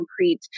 concrete